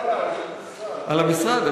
לא עלי, על המשרד.